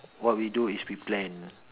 what we do is we plan